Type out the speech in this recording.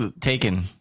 Taken